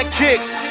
kicks